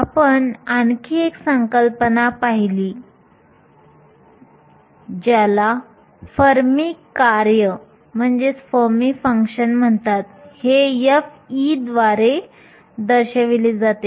आपण आणखी एक संकल्पना पाहिली ज्याला फर्मी कार्य म्हणतात हे f द्वारे दर्शविले जाते